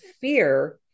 fear